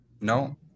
No